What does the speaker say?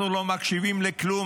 "אנחנו לא מקשיבים לכלום",